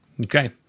Okay